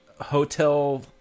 hotel